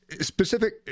specific